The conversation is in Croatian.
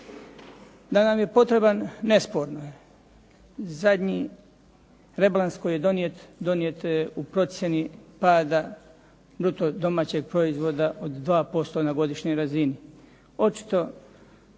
Da nam je potreban nesporno je. Zadnji rebalans koji je donijet, donijet u procjeni pada bruto domaćeg proizvoda od 2% na godišnjoj razini.